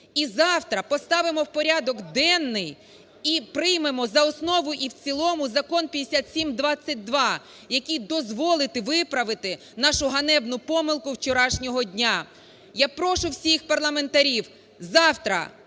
і завтра поставимо в порядок денний і приймемо за основу і в цілому Закон 5722, який дозволить виправити нашу ганебну помилку вчорашнього дня. Я прошу всіх парламентарів завтра